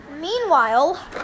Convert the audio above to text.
Meanwhile